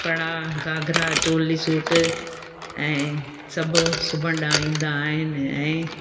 पड़ा घाघरा चोली सुट ऐं सिबण ईंदा आहिनि ऐं